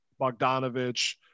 Bogdanovich